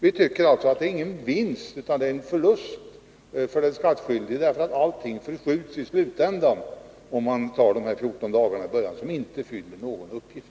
Vi tycker således att det här förslaget inte innebär någon vinst, utan i stället en förlust för den skattskyldige. Allting förskjuts ju i slutskedet, om man förlänger tiden med dessa 14 dagar — en förlängning som inte fyller någon uppgift.